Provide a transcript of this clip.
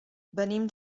venim